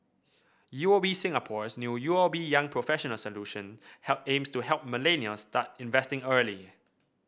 U O B Singapore's new U O B Young Professionals Solution help aims to help millennials start investing early